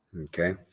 Okay